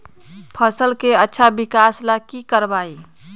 फसल के अच्छा विकास ला की करवाई?